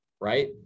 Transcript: Right